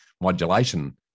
modulation